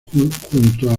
junto